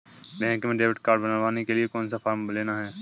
Bank में debit card बनवाने के लिए कौन सा फॉर्म लेना है?